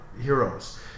heroes